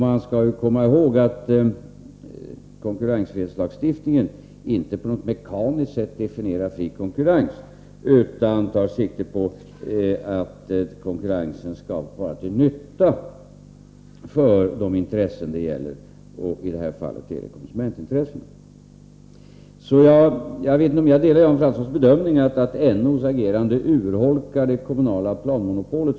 Man skall komma ihåg att konkurrensfrihetslagstiftningen inte på något mekaniskt sätt definierar begreppet fri konkurrens, utan den tar sikte på att konkurrensen skall vara till nytta för de intressen som det gäller — i det här fallet konsumentintressena. Jag delar nog inte Jan Franssons bedömning att NO:s agerande urholkar det kommunala planmonopolet.